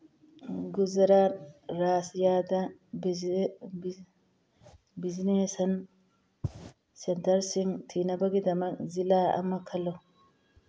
ꯒꯨꯖꯔꯥꯠ ꯔꯥꯖ꯭ꯌꯥꯗ ꯕꯤꯖꯤꯅꯦꯁꯟ ꯁꯦꯟꯇꯔꯁꯤꯡ ꯊꯤꯅꯕꯒꯤꯗꯃꯛ ꯖꯤꯂꯥ ꯑꯃ ꯈꯜꯂꯨ